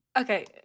Okay